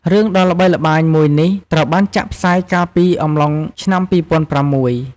រឿងដ៏ល្បីល្បាញមួយនេះ ត្រូវបានចាក់ផ្សាយកាលពីអំឡុងឆ្នាំ២០០៦។